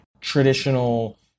traditional